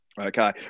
Okay